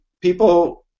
people